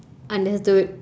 understood